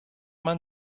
man